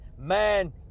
man